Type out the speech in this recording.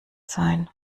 sein